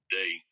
day